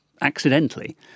accidentally